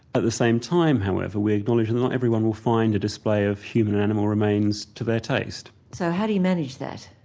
at the same time, however, we acknowledge not everyone will find the display of human animal remains to their taste. so how do you manage that?